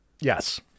Yes